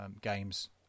games